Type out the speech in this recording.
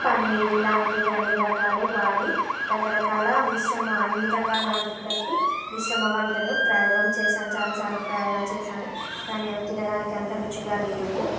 పన్నీరు ఇలాంటివి అన్నీ రకాలు వాడి రకరకాల మిశ్రమాన్ని అన్నీ రకాల వంటలు కలిపి మిశ్రమ వంటను ప్రయోగం చేశాను చాలాసార్లు ప్రయోగాలు చేశాను కానీ అవి తినడానికి అంత రుచిగా లేవు